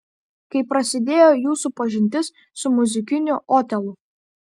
kaip prasidėjo jūsų pažintis su muzikiniu otelu